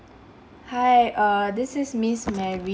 hi err this is miss mary